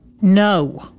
No